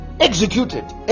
executed